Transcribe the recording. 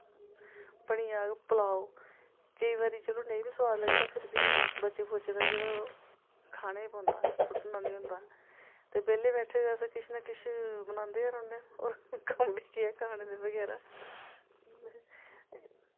बनी जाग पलाओ केईं बारी चलो नेईं बी सोआद लगदा फिर बी बचे खुचे दा जेह्ड़ा खाना गै पौंदा सुट्टना निं होंदा ते बेह्ल्ले बैट्ठे दे अस किश ना किश बनांदे गै रौह्न्ने होर कम्म बी केह् ऐ खाने दे बगैरा